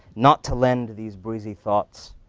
not to lend these breezy thoughts,